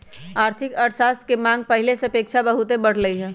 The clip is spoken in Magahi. आर्थिक अर्थशास्त्र के मांग पहिले के अपेक्षा बहुते बढ़लइ ह